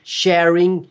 sharing